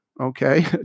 Okay